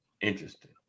Interesting